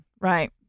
right